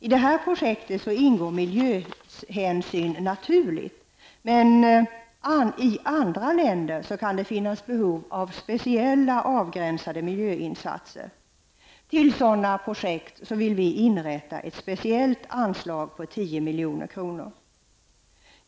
I det här projektet ingår miljöhänsynen som en naturlig del, men i andra länder kan det finnas behov av speciella avgränsade miljöinsatser. För sådana projekt vill vi inrätta ett speciellt anslag på 10 miljoner.